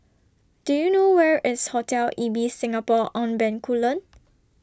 Do YOU know Where IS Hotel Ibis Singapore on Bencoolen